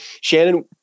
Shannon